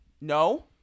No